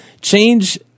change